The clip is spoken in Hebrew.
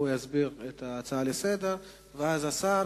הוא יסביר את ההצעה לסדר-היום ואז השר